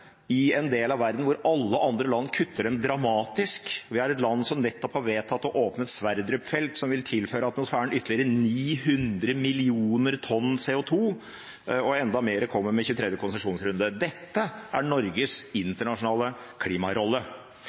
i en del av verden der alle andre land kutter dem dramatisk. Vi er et land som nettopp har vedtatt å åpne Sverdrup-feltet, som vil tilføre atmosfæren ytterligere 900 millioner tonn CO2, og enda mer kommer med 23. konsesjonsrunde. Dette er Norges internasjonale klimarolle.